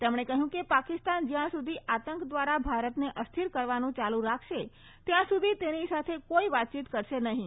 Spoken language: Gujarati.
તેમણે કહ્યું કે પાકિસ્તાન જયાં સુધી આતંક દ્વારા ભારતને અસ્થિર કરવાનું ચાલુ રાખશે ત્યાં સુધી તેની સાથે કોઇ વાતચીત કરાશે નહીં